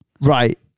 right